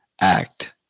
act